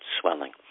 swelling